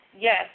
Yes